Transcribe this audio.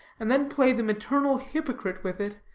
and then play the maternal hypocrite with it,